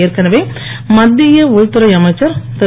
ஏற்கனவே மத்திய உள்துறை அமைச்சர் திரு